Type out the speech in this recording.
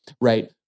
right